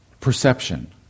Perception